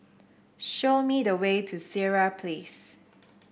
show me the way to Sireh Place